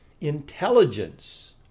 Intelligence